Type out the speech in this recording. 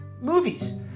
movies